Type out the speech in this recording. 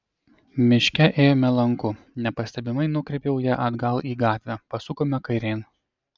miške ėjome lanku nepastebimai nukreipiau ją atgal į gatvę pasukome kairėn